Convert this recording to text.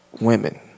women